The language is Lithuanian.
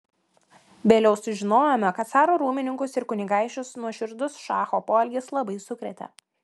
vėliau sužinojome kad caro rūmininkus ir kunigaikščius nuoširdus šacho poelgis labai sukrėtė